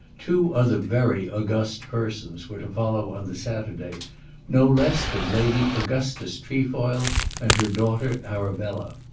two other very august persons were to follow on the saturday no less than lady augustus trefoil and her daughter arabella.